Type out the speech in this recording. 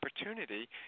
opportunity